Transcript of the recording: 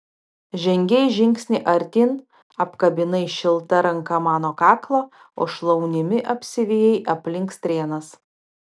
žengei žingsnį artyn apkabinai šilta ranka mano kaklą o šlaunimi apsivijai aplink strėnas